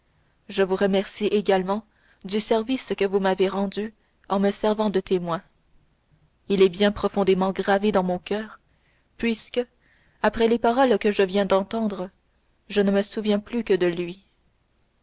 je vous remercie également du service que vous m'avez rendu en me servant de témoins il est bien profondément gravé dans mon coeur puisque après les paroles que je viens d'entendre je ne me souviens plus que de lui